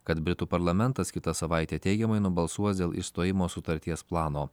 kad britų parlamentas kitą savaitę teigiamai nubalsuos dėl išstojimo sutarties plano